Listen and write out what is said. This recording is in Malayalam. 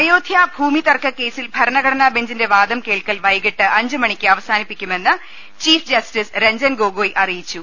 അയോധ്യ ഭൂമി തർക്കക്കേസിൽ ഭരണഘടനാ ബെഞ്ചിന്റെ വാദം കേൾക്കൽ വൈകീട്ട് അഞ്ചു മണിക്ക് അവസാനിപ്പിക്കു മെന്ന് ചീഫ് ജസ്റ്റിസ് രഞ്ജൻ ഗൊഗോയ് അറിയിച്ചു